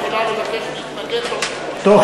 עמ' 23173, מושב שלישי, מס'